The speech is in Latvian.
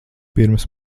pirms